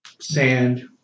sand